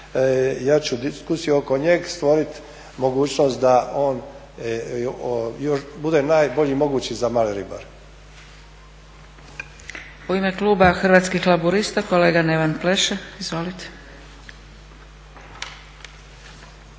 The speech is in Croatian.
i jaču diskusiju oko njega stvoriti mogućnost da on bude najbolji mogući za male ribare.